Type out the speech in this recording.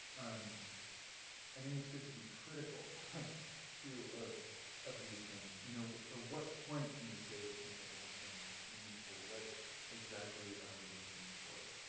and i think it's good to be critical too of of these things. you know, at what point can we say that something has been meaningful? what exactly are we looking for?